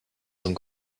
zum